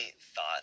thought